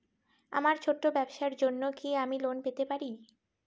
আমার ছোট্ট ব্যাবসার জন্য কি আমি লোন পেতে পারি?